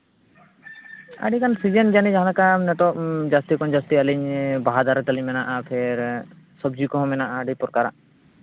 ᱟᱹᱰᱤᱜᱟᱱ ᱥᱤᱡᱮᱱ ᱡᱟᱹᱱᱤᱡ ᱡᱟᱦᱟᱸᱞᱮᱠᱟ ᱱᱤᱛᱚᱜ ᱡᱟᱹᱥᱛᱤ ᱠᱷᱚᱱ ᱡᱟᱹᱥᱛᱤ ᱟᱹᱞᱤᱧ ᱵᱟᱦᱟ ᱫᱟᱨᱮ ᱛᱟᱹᱞᱤᱧ ᱢᱮᱱᱟᱜᱼᱟ ᱥᱮ ᱥᱚᱵᱽᱡᱤ ᱠᱚᱦᱚᱸ ᱢᱮᱱᱟᱜᱼᱟ ᱟᱹᱰᱤ ᱯᱨᱚᱠᱟᱨᱟᱜ